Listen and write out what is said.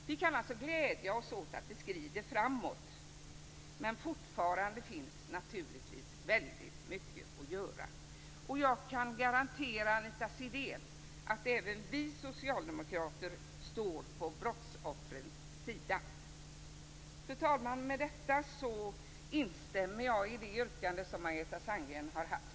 Vi kan alltså glädja oss åt att det skrider framåt, men fortfarande finns naturligtvis väldigt mycket att göra. Jag kan garantera Anita Sidén att även vi socialdemokrater står på brottsoffrens sida. Fru talman! Med detta instämmer jag i det yrkande som Margareta Sandgren har gjort.